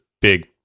big